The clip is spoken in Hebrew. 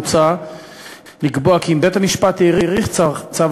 מוצע לקבוע כי אם בית-המשפט האריך צו